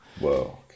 Whoa